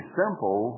simple